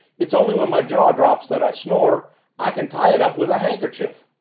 it's only when my jaw drops that i snore i can tie it up with a handkerchief!